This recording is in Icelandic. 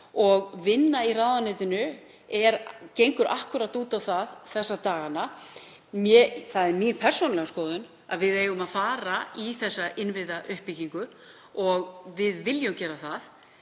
og vinnan í ráðuneytinu gengur akkúrat út á það þessa dagana. Það er mín persónulega skoðun að við eigum að fara í þessa innviðauppbyggingu og við viljum gera það